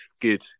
good